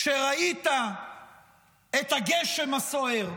כשראית את הגשם הסוער,